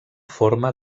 forma